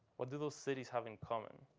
what do those cities have in common